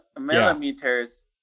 millimeters